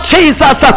Jesus